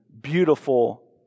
beautiful